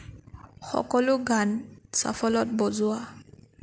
সকলো গান শ্বাফলত বজোৱা